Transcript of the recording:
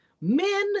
men